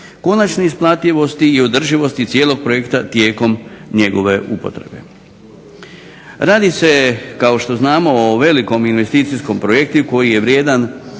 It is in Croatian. konačne isplativosti i održivosti cijelog projekta tijekom njegove upotrebe. Radi se kao što znamo o velikom investicijskom projektu koji je vrijedan